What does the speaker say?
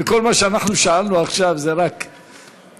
וכל מה ששאלנו עכשיו זה רק תקציב,